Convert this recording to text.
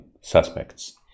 suspects